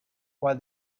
why